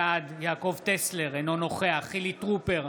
בעד יעקב טסלר, אינו נוכח חילי טרופר,